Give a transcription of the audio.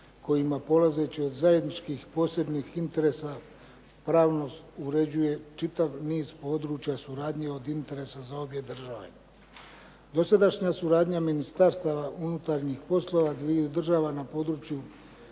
kojima polazeći od zajedničkih posebnih interesa pravno uređuje čitav niz područja suradnje od interesa za obje države. Dosadašnja suradnja ministarstava unutarnjih poslova dviju država na području